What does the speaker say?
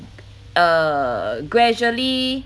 err gradually